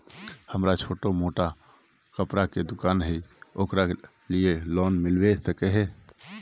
हमरा छोटो मोटा कपड़ा के दुकान है ओकरा लिए लोन मिलबे सके है?